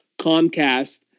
Comcast